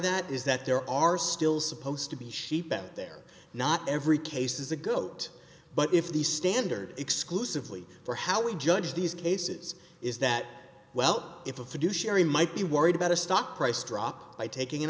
that is that there are still supposed to be sheep out there not every case is a goat but if the standard exclusively for how we judge these cases is that well if a fiduciary might be worried about a stock price drop by taking an